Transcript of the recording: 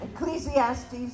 Ecclesiastes